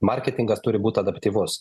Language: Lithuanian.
marketingas turi būt adaptyvus